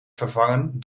vervangen